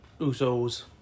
Usos